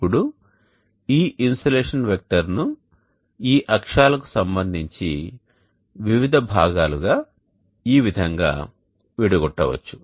ఇప్పుడు ఈ insolation vector ను ఈ అక్షాలకు సంబంధించి వివిధ భాగాలు గా ఈ విధంగా విడగొట్టవచ్చు